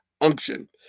unction